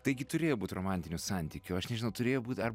taigi turėjo būt romantinių santykių aš nežinau turėjo būt dar